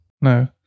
No